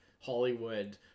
Hollywood